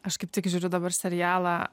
aš kaip tik žiūriu dabar serialą